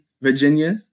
Virginia